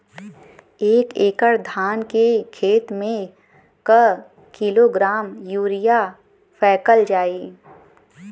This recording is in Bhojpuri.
एक एकड़ धान के खेत में क किलोग्राम यूरिया फैकल जाई?